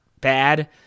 bad